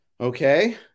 Okay